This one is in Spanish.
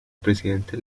presidente